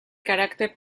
carácter